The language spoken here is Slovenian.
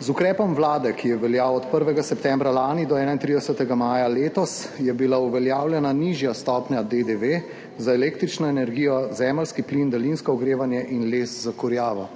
Z ukrepom Vlade, ki je veljal od 1. septembra lani do 31. maja letos, je bila uveljavljena nižja stopnja DDV za električno energijo, zemeljski plin, daljinsko ogrevanje in les za kurjavo.